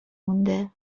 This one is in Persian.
مونده